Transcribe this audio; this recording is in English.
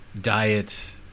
diet